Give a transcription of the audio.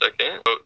second